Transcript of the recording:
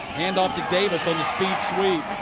handoff to davis on the speed sweep.